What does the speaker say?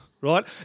right